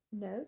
No